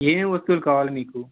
ఏ ఏ వస్తువులు కావాలి మీకు